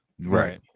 Right